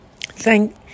Thank